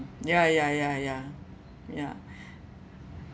ya ya ya ya ya